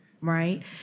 Right